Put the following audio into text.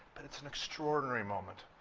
but it's an extraordinary moment.